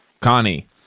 Connie